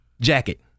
jacket